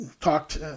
talked